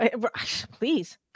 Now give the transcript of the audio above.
please